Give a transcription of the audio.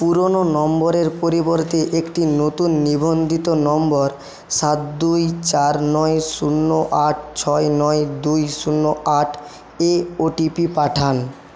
পুরোনো নম্বরের পরিবর্তে একটি নতুন নিবন্ধিত নম্বর সাত দুই চার নয় শূন্য আট ছয় নয় দুই শূন্য আটে ওটিপি পাঠান